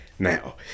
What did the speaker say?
Now